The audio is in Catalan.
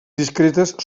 discretes